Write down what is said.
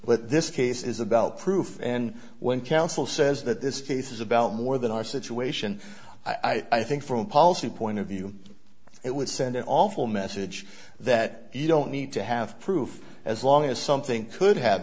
but this case is about proof and when counsel says that this case is about more than our situation i think from a policy point of view it would send an awful message that you don't need to have proof as long as something could have